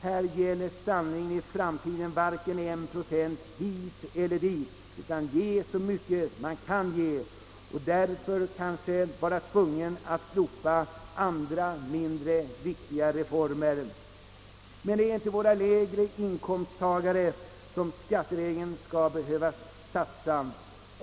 Här gäller sannerligen i framtiden varken en procent hit eller dit utan att ge så mycket man kan ge och därför kanske vara tvungen att slopa andra mindre viktiga reformer. Men det är inte våra lägre inkomsttagare som skattevägen skall be: höva satsa.